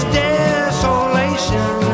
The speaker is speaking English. desolation